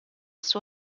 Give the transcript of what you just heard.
suo